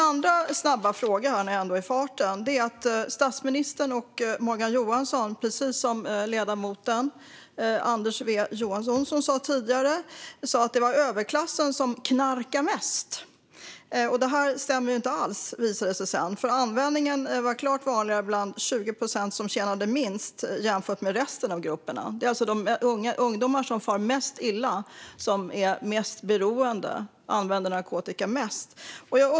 Jag har en annan fråga när jag ändå är i farten. Statsministern och Morgan Johansson sa, precis som ledamoten Anders W Jonsson sa tidigare, att det är överklassen som knarkar mest. Det stämmer inte alls, har det visat sig. Det är klart vanligare med narkotikaanvändning bland de 20 procent som tjänar minst än i resten av grupperna. Det är alltså de ungdomar som far mest illa som är mest beroende och som använder narkotika mest.